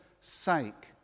sake